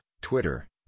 Twitter